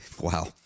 wow